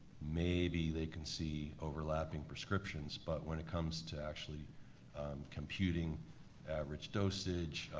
maybe they can see overlapping prescriptions, but when it comes to actually computing average dosage,